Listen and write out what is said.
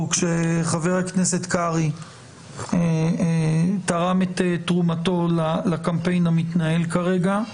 חבר הכנסת קרעי שתרם את תרומתו לקמפיין המתנהל כרגע,